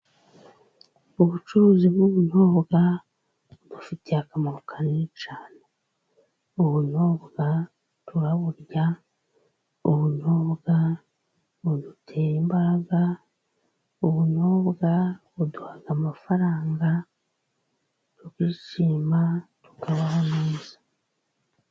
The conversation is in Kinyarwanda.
Ubucuruzi bw'ubunyobwa bufite akamaro kanini cyane. Ubunyobwa turaburya, ubunyobwa budutera imbaraga, ubunyobwa buduhaha amafaranga tukishima tukabaho meza.